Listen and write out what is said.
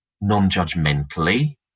non-judgmentally